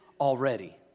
already